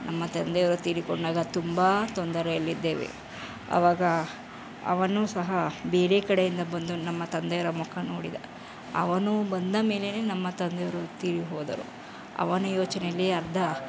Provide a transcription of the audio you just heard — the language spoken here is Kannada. ನಮ್ಮ ತಂದೆಯವರು ತೀರಿಕೊಂಡಾಗ ತುಂಬ ತೊಂದರೆಯಲ್ಲಿದ್ದೇವೆ ಆವಾಗ ಅವನು ಸಹ ಬೇರೆ ಕಡೆಯಿಂದ ಬಂದು ನಮ್ಮ ತಂದೆಯವರ ಮುಖ ನೋಡಿದ ಅವನು ಬಂದ ಮೇಲೆಯೇ ನಮ್ಮ ತಂದೆಯವರು ತೀರಿ ಹೋದರು ಅವನ ಯೋಚನೆಯಲ್ಲೇ ಅರ್ಧ